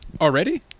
already